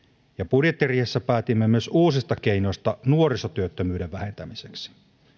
budjettiriihessä päätimme myös uusista keinoista nuorisotyöttömyyden vähentämiseksi